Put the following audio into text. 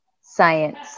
science